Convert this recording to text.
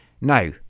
Now